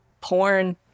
porn